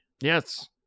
Yes